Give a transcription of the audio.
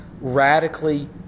radically